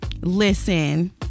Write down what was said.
listen